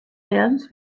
films